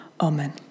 Amen